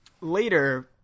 later